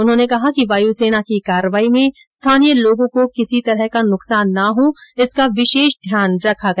उन्होंने कहा कि वायुसेना की कार्रवाई में स्थानीय लोगों को किसी तरह का नुकसान ना हो इसका विशेष ध्यान रखा गया